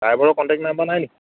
ড্ৰাইভাৰৰ contact number নাই নেকি